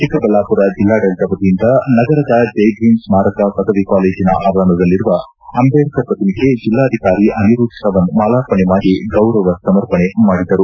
ಚಿಕ್ಕಬಳ್ಳಾಪುರ ಜಿಲ್ಲಾಡಳಿತ ವತಿಯಿಂದ ನಗರದ ಚೈಭೀಮ್ ಸ್ಥಾರಕ ಪದವಿ ಕಾಲೇಜಿನ ಆವರಣದಲ್ಲಿರುವ ಅಂಬೇಡ್ಕರ್ ಪ್ರತಿಮೆಗೆ ಜಿಲ್ಲಾಧಿಕಾರಿ ಅನಿರುದ್ದ ತ್ರವಣ್ ಮಾಲಾರ್ಪಣೆ ಮಾಡಿ ಗೌರವ ಸಮರ್ಪಣೆ ಮಾಡಿದರು